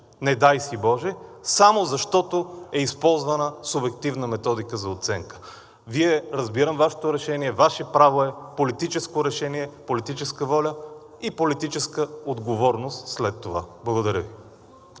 не дай си боже, само защото е използвана субективна методика за оценка. Разбирам Вашето решение. Ваше право е. Политическо решение е, политическа воля и политическа отговорност е след това. Благодаря Ви.